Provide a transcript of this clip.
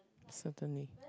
certainly